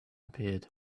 appeared